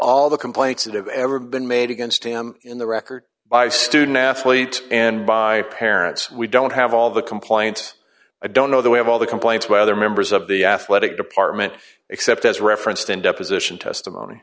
all the complaints that have ever been made against him in the record by student athletes and by parents we don't have all the complaints i don't know that we have all the complaints by other members of the athletic department except as referenced in deposition testimony